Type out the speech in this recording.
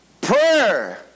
prayer